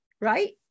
right